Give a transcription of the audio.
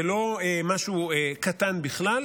זה לא משהו קטן בכלל,